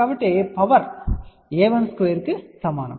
కాబట్టి పవర్ a12కు సమానం